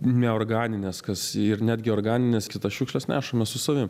neorganines kas ir netgi organines kitas šiukšles nešamės su savim